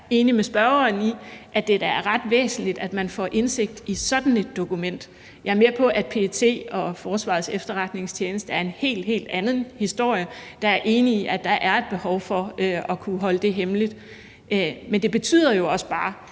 være enig med spørgeren i, at det da er ret væsentligt, at man får indsigt i sådan et dokument? Jeg er med på, at PET og Forsvarets Efterretningstjeneste er en helt, helt anden historie. Der er jeg enig i, at der er behov for at kunne holde det hemmeligt. Men det betyder jo også bare,